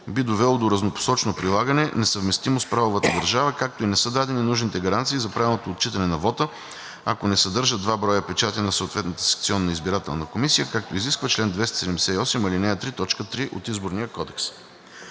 би довело до разнопосочно прилагане, несъвместимо с правовата държава, както и не са дадени нужните гаранции за правилното отчитане на вота, ако не съдържа два броя печати на съответната секционна избирателна комисия, както изисква чл. 278, ал. 3, т. 3 от Изборния кодекс.